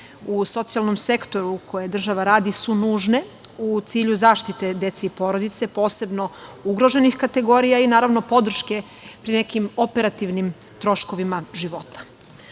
u socijalnom sektoru, koje država radi su nužne u cilju zaštite dece i porodice, posebno ugroženih kategorija i naravno podrške pri nekim operativnim troškovima života. Novčana